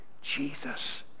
Jesus